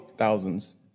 thousands